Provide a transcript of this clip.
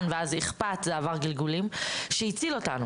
שהציל אותה.